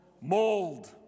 Mold